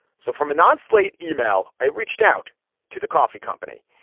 so from a non slate email i reached out to the coffee company.